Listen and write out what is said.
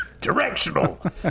Directional